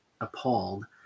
appalled